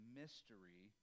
mystery